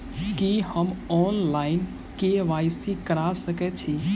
की हम online, KYC करा सकैत छी?